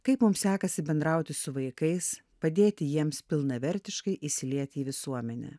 kaip mum sekasi bendrauti su vaikais padėti jiems pilnavertiškai įsiliet į visuomenę